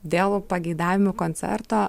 dėl pageidavimų koncerto